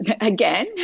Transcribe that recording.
Again